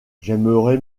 j’aimerais